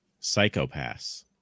Psychopaths